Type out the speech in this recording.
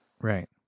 Right